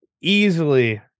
easily